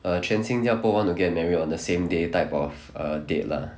err 全新加坡 want to get married on the same day type of uh date lah